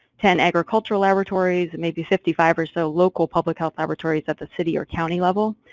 ten agricultural laboratories and maybe fifty five or so, local public health laboratories at the city or county level.